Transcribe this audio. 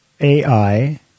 AI